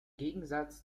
gegensatz